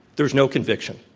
there's no conviction.